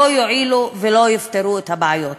לא יועילו ולא יפתרו את הבעיות.